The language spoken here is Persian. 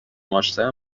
داشتن